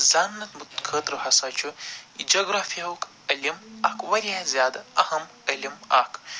زاننہٕ خٲطرٕ ہَسا چھُ جگرافِہُک علم اکھ وارِیاہ زیادٕ اہم علم اکھ